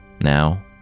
now